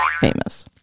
famous